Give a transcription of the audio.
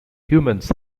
humans